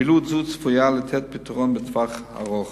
פעילות זו צפויה לתת פתרון לטווח הארוך.